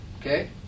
Okay